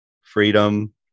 freedom